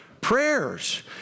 prayers